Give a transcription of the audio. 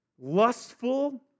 lustful